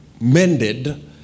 mended